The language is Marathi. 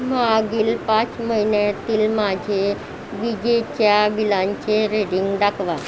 मागील पाच महिन्यातील माझे विजेच्या बिलांचे रीडिंग दाखवा